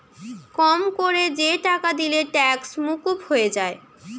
কম কোরে যে টাকা দিলে ট্যাক্স মুকুব হয়ে যায়